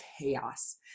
chaos